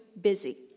busy